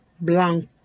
blanco